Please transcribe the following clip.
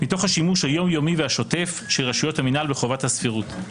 מתוך השימוש היום-יומי והשוטף של רשויות המינהל בחובת הסבירות.